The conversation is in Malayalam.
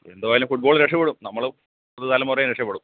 എന്തുവായാലും ഫുട് ബോൾ രക്ഷപ്പെടും നമ്മൾ പുതുതലമുറയും രക്ഷപ്പെടും